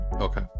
Okay